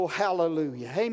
hallelujah